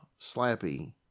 Slappy